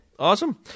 Awesome